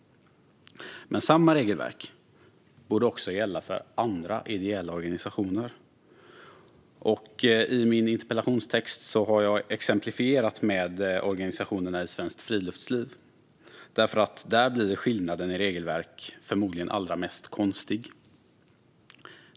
Samma regelverk borde gälla för andra ideella organisationer. I min interpellation exemplifierade jag med organisationerna i Svenskt Friluftsliv, där skillnaden i regelverk förmodligen blir allra mest konstig.